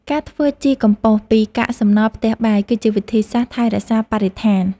ការធ្វើជីកំប៉ុស្តពីកាកសំណល់ផ្ទះបាយ គឺជាវិធីសាស្ត្រថែរក្សាបរិស្ថាន។